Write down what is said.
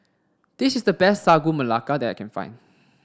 this is the best Sagu Melaka that I can find